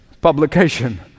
publication